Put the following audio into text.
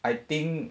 I think